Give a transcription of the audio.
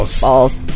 Balls